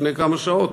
לפני כמה שעות,